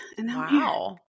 Wow